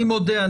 אני מודה,